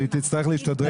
שהיא תצטרך להשתדרג.